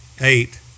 eight